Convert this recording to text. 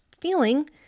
feeling